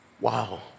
Wow